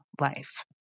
life